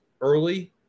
early